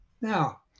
now